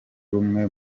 rumwe